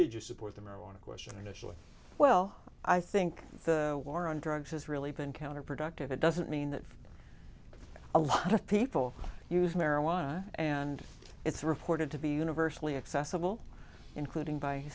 did you support the marijuana question and actually well i think the war on drugs has really been counterproductive it doesn't mean that a lot of people use marijuana and it's reported to be universally accessible including by